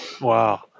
Wow